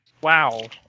Wow